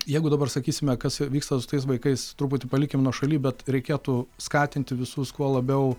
jeigu dabar sakysime kas vyksta su tais vaikais truputį palikim nuošaly bet reikėtų skatinti visus kuo labiau